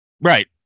Right